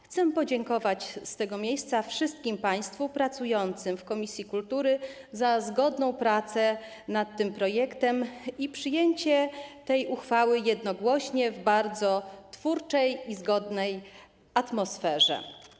Chcę podziękować z tego miejsca wszystkim państwu pracującym w komisji kultury za zgodną pracę nad tym projektem i przyjęcie tej uchwały jednogłośnie, w bardzo twórczej i zgodnej atmosferze.